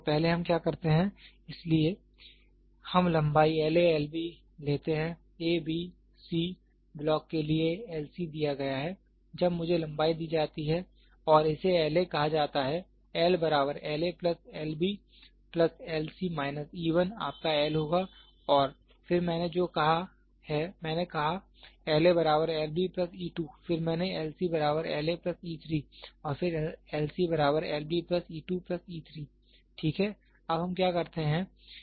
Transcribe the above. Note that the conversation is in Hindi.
तो पहले हम क्या करते हैं इसलिए हम लंबाई L A L B लेते हैं A B C ब्लॉक के लिए L C दिया गया है जब मुझे लंबाई दी जाती है और इसे LA कहा जाता है L बराबर L A plus L B plus L C minus e 1 आपका L होगा और फिर मैंने जो कहा है मैंने कहा L A बराबर L B प्लस e 2 फिर मैंने L C बराबर L A प्लस e 3 और फिर L C बराबर L B plus e 2 plus e 3 ठीक है